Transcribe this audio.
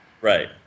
Right